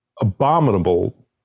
abominable